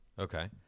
Okay